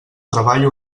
treball